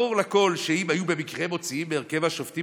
ברור לכול שאם היו במקרה מוציאים מהרכב השופטים